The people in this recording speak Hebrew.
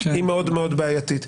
היא מאוד מאוד בעייתית,